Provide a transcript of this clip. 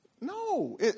No